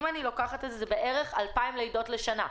אלה בערך 2,000 לידות בשנה.